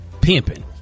Pimping